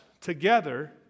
together